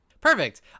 perfect